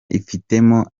ifitemo